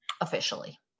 Officially